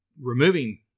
removing